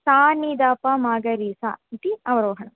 सानिधपमगरेसा इति अवरोहणम्